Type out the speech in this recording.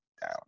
down